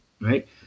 Right